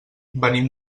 venim